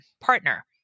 partner